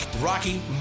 rocky